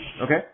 Okay